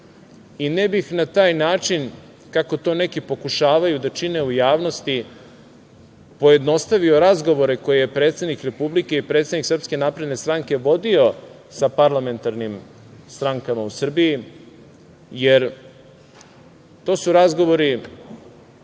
Ne bih na taj način, kako to neki pokušavaju da čine u javnosti, pojednostavi razgovore koje je predsednik Republike i predsednik SNS vodio sa parlamentarnim strankama u Srbiji, jer to su razgovori